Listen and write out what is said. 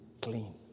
clean